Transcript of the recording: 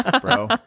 Bro